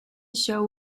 show